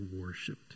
worshipped